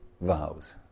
vows